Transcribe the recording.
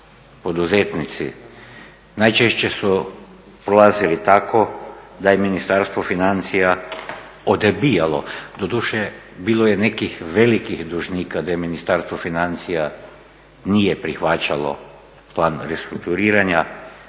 poduzetnici najčešće su prolazili tako da je Ministarstvo financija odbijalo. Doduše bilo je nekih velikih dužnika gdje Ministarstvo financija nije prihvaćalo plan restrukturiranja